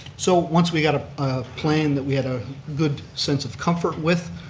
so, once we got a plan that we had a good sense of comfort with,